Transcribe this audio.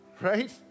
Right